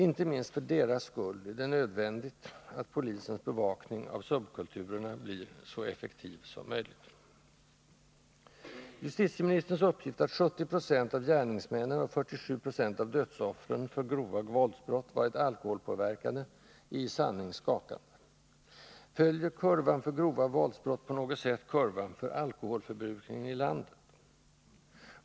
Inte minst för deras skull är det nödvändigt att polisens bevakning av 81 subkulturerna blir så effektiv som möjligt. Justitieministerns uppgift att 70 26 av gärningsmännen och 47 0 av dödsoffren för grova våldsbrott varit alkoholpåverkade är i sanning skakande. Följer kurvan för grova våldsbrott på något sätt kurvan för alkoholförbrukningen i landet?